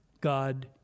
God